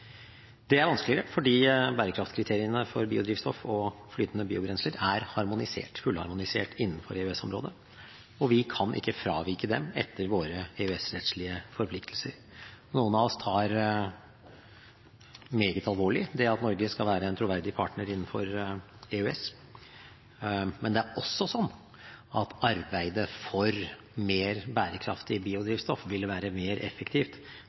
Det er vanskeligere fordi bærekraftskriteriene for biodrivstoff og flytende biobrensler er fullharmonisert innenfor EØS-området, og vi kan ikke fravike dem, etter våre EØS-rettslige forpliktelser. Noen av oss tar det meget alvorlig at Norge skal være en troverdig partner innenfor EØS. Men det er også slik at arbeidet for mer bærekraftig biodrivstoff vil være mer effektivt